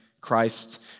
Christ